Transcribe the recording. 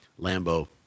Lambo